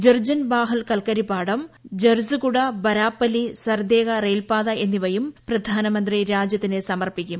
ജർജൻബാഹൽ കൽക്കൂരിപ്പാടം ഝർസുഗുഡ ബാരാപലി സർദേഗ റെയിൽപാത്യ കൃഷ്ണിവയും പ്രധാനമന്ത്രി രാജ്യത്തിന് സമർപ്പിക്കും